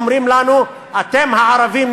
אומרים לנו: אתם הערבים,